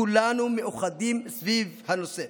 כולנו מאוחדים סביב הנושא.